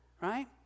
right